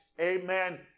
Amen